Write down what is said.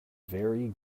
very